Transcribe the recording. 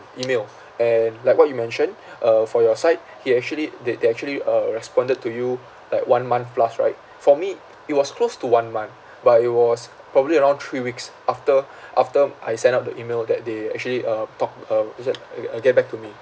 email and like what you mentioned uh for your side he actually they they actually uh responded to you like one month plus right for me it was close to one month but it was probably around three weeks after after I send out the email that they actually uh talk uh what's that uh uh get back to me